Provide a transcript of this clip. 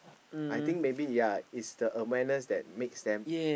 I think maybe yeah it's the awareness that makes them